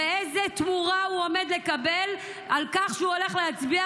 איזו תמורה הוא עומד לקבל על כך שהוא הולך להצביע